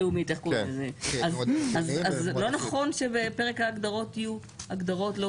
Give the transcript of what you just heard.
לא נכון שבפרק ההגדרות יהיו הגדרות?